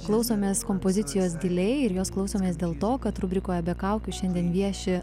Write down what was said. klausomės kompozicijos dilei ir jos klausomės dėl to kad rubrikoje be kaukių šiandien vieši